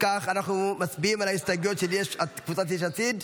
מסירים את ההסתייגויות של קבוצת יש עתיד.